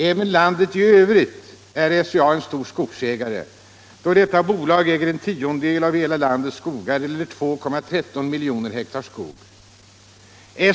Även i landet i övrigt är SCA en stor skogsägare, då detta bolag äger en tiondel av hela landets skogar eller 2,13 miljoner hektar skog.